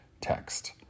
text